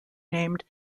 named